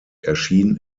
erschien